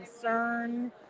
concern